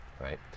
right